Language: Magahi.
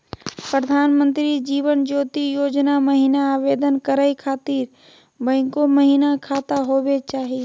प्रधानमंत्री जीवन ज्योति योजना महिना आवेदन करै खातिर बैंको महिना खाता होवे चाही?